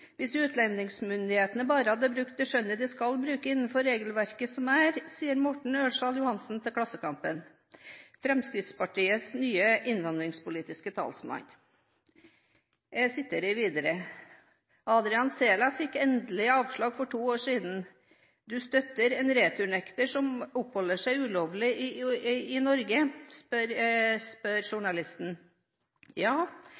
Hvis utlendingsmyndighetene bare hadde brukt det skjønnet de skal bruke innenfor det regelverket som er, sier Morten Ø. Johansen til Klassekampen.» Han ble presentert som Fremskrittspartiet nye innvandringspolitiske talsmann. Jeg siterer videre. Journalisten spør: «Xhela fikk endelig avslag for to år siden. Du støtter en returnekter som oppholder seg ulovlig i Norge? – Ja,